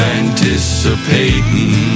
anticipating